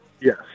Yes